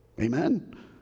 Amen